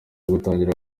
gutangira